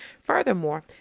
Furthermore